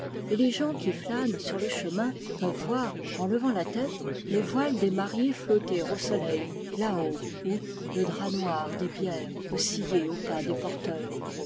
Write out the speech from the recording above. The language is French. et les gens qui flânent sur le chemin peuvent voir en levant la tête le voile des mariées flotter au soleil là-haut ou le drap noir des bières osciller au pas des porteurs